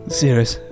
serious